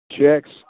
Checks